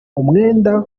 umwenda